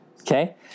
Okay